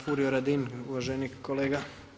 Furio Radin, uvaženi kolega.